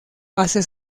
hace